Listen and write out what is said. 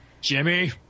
jimmy